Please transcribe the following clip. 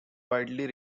widely